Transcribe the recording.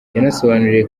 yabasobanuriye